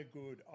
good